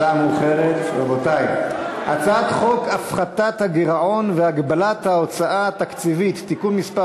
הצעת חוק הפחתת הגירעון והגבלת ההוצאה התקציבית (תיקון מס'